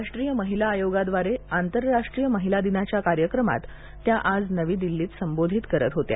राष्ट्रीय महिला आयोगाद्वारे आंतरराष्ट्रीय महिला दिनाच्या कार्यक्रमात त्या आज नवी दिल्लीत संबोधित करताना बोलत होत्या